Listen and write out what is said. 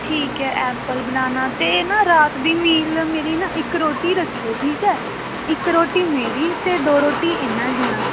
ਠੀਕ ਹੈ apple banana ਅਤੇ ਨਾ ਰਾਤ ਦੀ ਮੀਲ ਮੇਰੀ ਨਾ ਇੱਕ ਰੋਟੀ ਰੱਖਿਓ ਠੀਕ ਹੈ ਇੱਕ ਰੋਟੀ ਮੇਰੀ ਅਤੇ ਦੋ ਰੋਟੀ ਇਹਨਾਂ ਦੀਆਂ